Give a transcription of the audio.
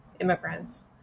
immigrants